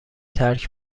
ترک